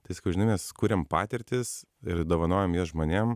tai sakau žinai mes kuriam patirtis ir dovanojam jas žmonėm